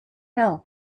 help